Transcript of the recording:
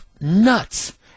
nuts